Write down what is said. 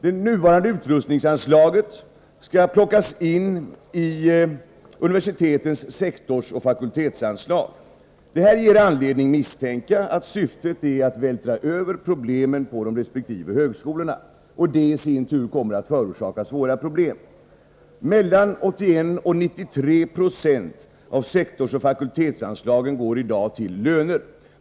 Det nuvarande utrustningsanslaget skall hänföras till universitetens sektorsoch fakultetsanslag. Detta ger anledning misstänka att syftet är att vältra över problemen på resp. högskolor. Detta kommer i sin tur att förorsaka svåra problem. Mellan 81 och 93 96 av sektorsoch fakultetsanslagen går i dag till löner.